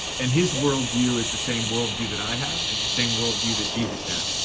and his worldview is the same worldview that i have. and it's the same worldview that jesus had.